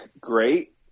great